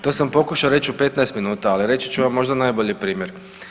To sam pokušao reći u 15 minuta, ali reći ću vam možda najbolji primjer.